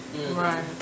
Right